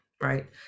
right